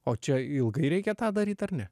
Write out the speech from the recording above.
o čia ilgai reikia tą daryt ar ne